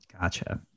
Gotcha